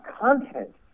content